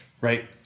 Right